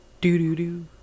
Do-do-do